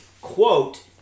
quote